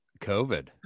COVID